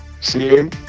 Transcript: See